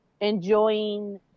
enjoying